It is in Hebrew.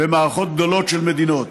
במערכות גדולות של מדינות.